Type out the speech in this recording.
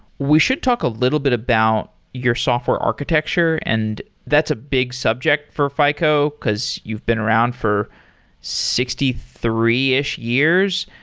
we should talk a little bit about your software architecture, and that's a big subject for fico, because you've been around for sixty three ish years.